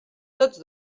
tots